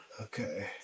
Okay